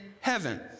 heaven